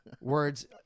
Words